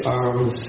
arms